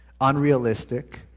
unrealistic